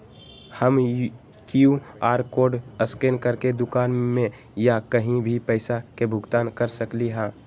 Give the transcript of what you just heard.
हम QR code scan करके दुकान में या कहीं भी पैसा के भुगतान कर सकली ह?